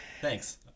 thanks